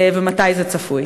ומתי זה צפוי?